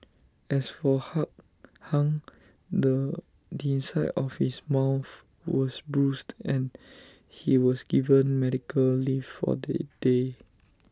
as for hung the inside of his mouth was bruised and he was given medical leave for the day